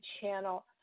channel